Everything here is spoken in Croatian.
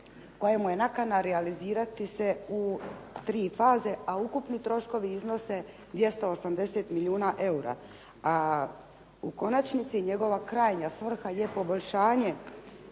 kojemu je nakana realizirati se u tri faze, a ukupni troškovi iznose 280 milijuna eura. A u konačnici njegova krajnja svrha je poboljšanje